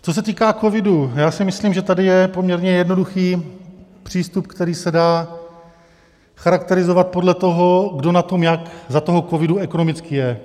Co se týká covidu, myslím, že tady je poměrně jednoduchý přístup, který se dá charakterizovat podle toho, kdo na tom jak za toho covidu ekonomicky je.